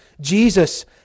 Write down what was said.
Jesus